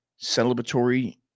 Celebratory